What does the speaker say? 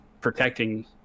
protecting